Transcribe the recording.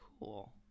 Cool